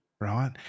right